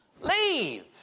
leave